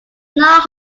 not